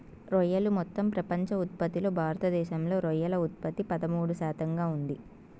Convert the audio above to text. రొయ్యలు మొత్తం ప్రపంచ ఉత్పత్తిలో భారతదేశంలో రొయ్యల ఉత్పత్తి పదమూడు శాతంగా ఉంది